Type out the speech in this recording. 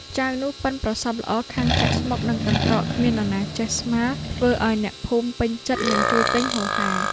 ចៅនោះប៉ិនប្រសប់ល្អខាងចាក់ស្មុគនិងកន្ត្រកគ្មាននរណាចេះស្មើ ធ្វើឱ្យអ្នកភូមិពេញចិត្តនិងជួយទិញហូរហែ។